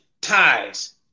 ties